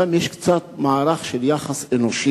גם יש קצת מערך של יחס אנושי,